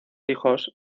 hijos